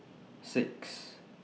six